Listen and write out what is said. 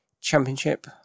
Championship